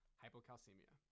hypocalcemia